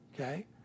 okay